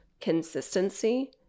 consistency